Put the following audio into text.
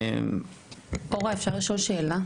עורווה, אפשר לשאול שאלה?